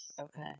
Okay